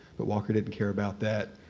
but walker didn't care about that.